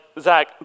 Zach